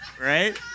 Right